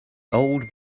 old